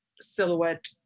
silhouette